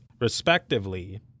respectively